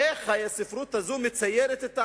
איך הספרות הזאת מציירת את הערבי,